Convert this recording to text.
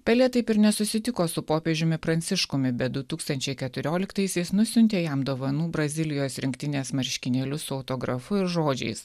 pele taip ir nesusitiko su popiežiumi pranciškumi bet du tūkstančiai keturioliktaisiais nusiuntė jam dovanų brazilijos rinktinės marškinėlius su autografu ir žodžiais